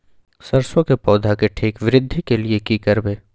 सरसो के पौधा के ठीक वृद्धि के लिये की करबै?